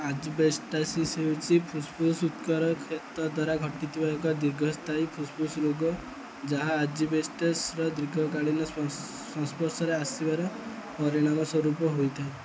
asbestosis ହେଉଛି ଫୁସ୍ଫୁସ୍ ଉତକର କ୍ଷତ ଦ୍ଵାରା ଘଟିଥିବା ଏକ ଦୀର୍ଘସ୍ଥାୟୀ ଫୁସ୍ଫୁସ୍ ରୋଗ ଯାହା ଆଜବେଷ୍ଟସ୍ର ଦୀର୍ଘକାଳୀନ ସଂସ୍ପର୍ଶରେ ଆସିବାର ପରିଣାମ ସ୍ୱରୂପ ହୋଇଥାଏ